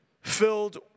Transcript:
filled